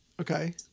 Okay